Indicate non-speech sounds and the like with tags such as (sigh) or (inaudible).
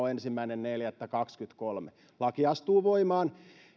(unintelligible) ensimmäinen neljättä kaksikymmentäkolme niin kuin kokoomus sanoo laki astuu voimaan